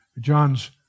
John's